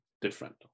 different